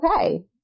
okay